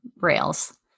rails